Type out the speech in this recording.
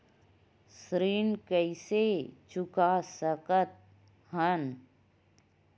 ऋण कइसे चुका सकत हन?